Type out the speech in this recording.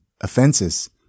offenses